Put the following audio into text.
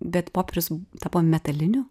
bet popierius tapo metaliniu